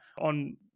on